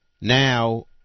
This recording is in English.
now